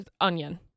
onion